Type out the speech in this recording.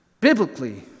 biblically